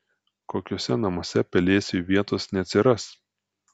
kokiuose namuose pelėsiui vietos neatsiras